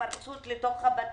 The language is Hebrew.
פריצה לתוך הבתים.